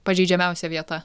pažeidžiamiausia vieta